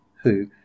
who